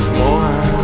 more